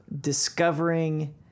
discovering